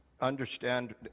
understand